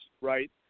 right